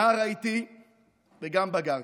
נער הייתי וגם בגרתי,